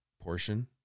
portion